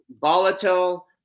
volatile